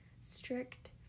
strict